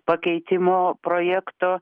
pakeitimo projekto